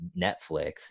Netflix